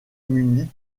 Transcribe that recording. munie